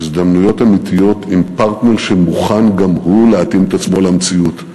הזדמנויות אמיתיות עם פרטנר שמוכן גם הוא להתאים את עצמו למציאות,